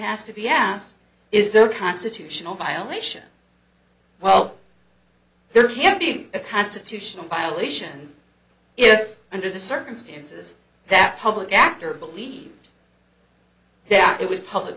has to be asked is there constitutional violation well there can be a constitutional violation if under the circumstances that public actor believed that it was public